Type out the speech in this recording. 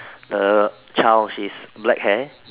the child she's black hair